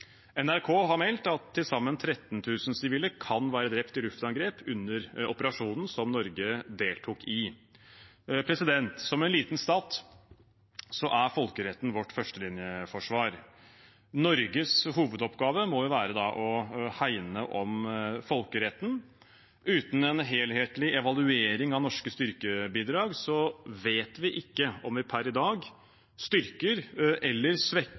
NRK har meldt at til sammen 13 000 sivile kan være drept i luftangrep under operasjonen som Norge deltok i. Som en liten stat er folkeretten vårt førstelinjeforsvar. Norges hovedoppgave må være å hegne om folkeretten. Uten en helhetlig evaluering av norske styrkebidrag vet vi ikke om vi per i dag styrker eller svekker